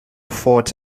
fought